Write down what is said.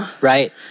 Right